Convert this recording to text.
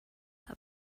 that